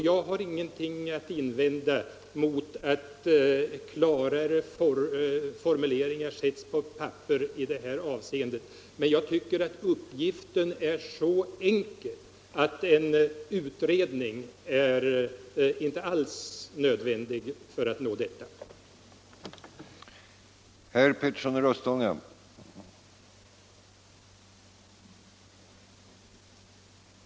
Jag har ingenting att invända mot att ännu klarare formuleringar sätts på pränt i detta avseende, men jag tycker att uppgiften är så enkel att en utredning inte alls är nödvändig för att åstadkomma detta.